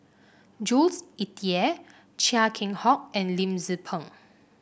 Jules Itier Chia Keng Hock and Lim Tze Peng